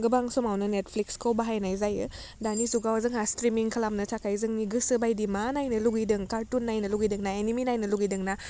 गोबां समावनो नेटफ्लिक्सखौ बाहायनाय जायो दानि जुगाव जोंहा स्ट्रिमिं खालामनो थाखाय जोंनि गोसो बायदि मा नायनो लुगैदों खार्थुन नायनो लुगैदों ना एनिमि नायनो लुगैदों ना